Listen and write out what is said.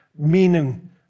meaning